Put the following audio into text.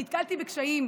נתקלתי בקשיים,